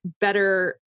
better